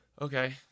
okay